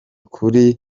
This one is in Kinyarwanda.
kuri